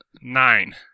Nine